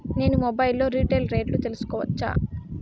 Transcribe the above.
నేను మొబైల్ లో రీటైల్ రేట్లు తెలుసుకోవచ్చా?